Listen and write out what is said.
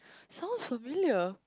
sounds familiar